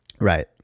Right